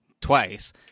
twice—